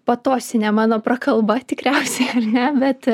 patosinė mano prakalba tikriausiai ne bet